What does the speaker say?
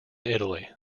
italy